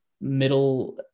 middle